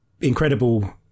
Incredible